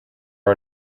are